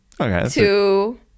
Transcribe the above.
Okay